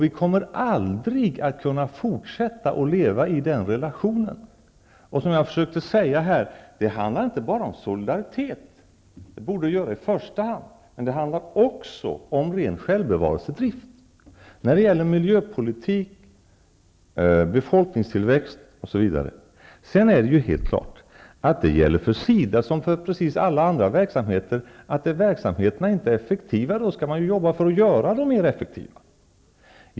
Vi kommer aldrig att kunna fortsätta leva i den relationen. Det handlar inte bara om solidaritet, även om det i första hand borde göra det. Det handlar också om ren självbevarelsedrift när det gäller miljöpolitik, befolkningstillväxt, osv. Det gäller för SIDA precis som för alla andra verksamheter, att om verksamheten inte är effektiv, skall den göras mer effektiv.